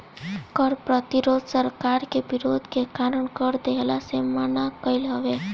कर प्रतिरोध सरकार के विरोध के कारण कर देहला से मना कईल हवे